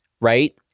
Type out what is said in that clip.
right